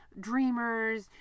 dreamers